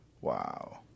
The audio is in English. Wow